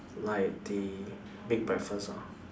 like the Big breakfast lor